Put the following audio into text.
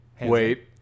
Wait